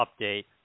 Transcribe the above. update